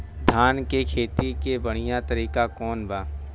धान के खेती के बढ़ियां तरीका कवन बा?